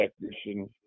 technician